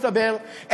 מסתבר,